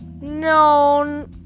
No